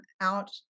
out